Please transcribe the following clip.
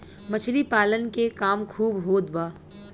मछली पालन के काम खूब होत बा